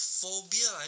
Phobia